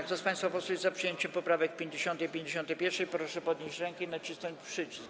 Kto z państwa posłów jest za przyjęciem poprawek 50. i 51., proszę podnieść rękę i nacisnąć przycisk.